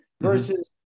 versus